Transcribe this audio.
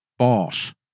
boss